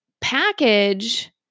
package